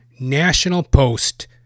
NationalPost